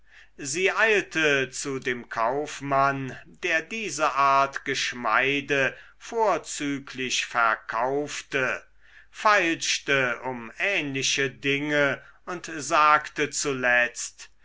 sie eilte zu dem kaufmann der diese art geschmeide vorzüglich verkaufte feilschte um ähnliche dinge und sagte zuletzt